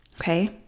Okay